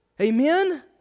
Amen